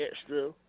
extra